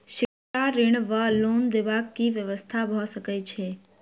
शिक्षा ऋण वा लोन देबाक की व्यवस्था भऽ सकै छै?